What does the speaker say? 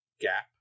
gap